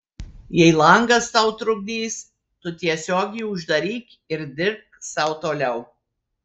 jei langas tau trukdys tu tiesiog jį uždaryk ir dirbk sau toliau